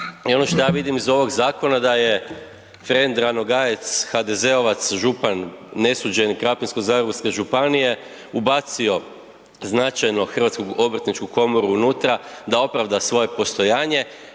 i ono što ja vidim iz ovoga zakona da je frend Ranogajec, HDZ-ovac, župan nesuđeni Krapinsko-zagorske županije, ubacio značajno Hrvatsku obrtničku komoru unutra da opravda svoje postojanje